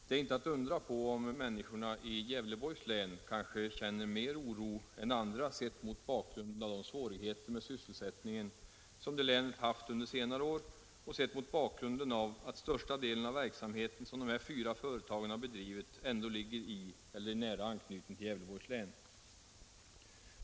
Det är inte att undra på om människorna i Gävleborgs län kanske känner mer oro än andra — sett mot bakgrunden av de svårigheter med sysselsättningen som det länet har haft under senare år och sett mot bakgrunden av att största delen av den verksamhet som de här fyra företagen har bedrivit ändå ligger i eller i nära anknytning till Gävleborgs län.